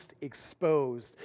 exposed